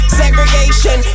segregation